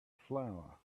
flower